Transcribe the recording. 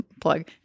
plug